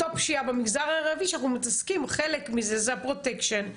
אותה פשיעה במגזר הערבי שאנחנו מתעסקים - חלק מזה זה הפרוטקשן.